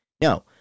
No